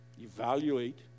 Evaluate